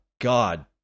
God